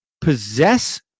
possess